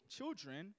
children